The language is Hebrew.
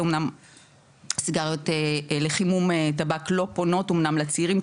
זה אמנם סיגריות לחימום טבק לא פונות אמנם לצעירים,